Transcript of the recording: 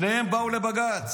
שניהם באו לבג"ץ,